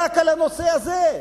רק על הנושא הזה.